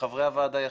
וחברי הוועדה יכריעו.